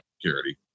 security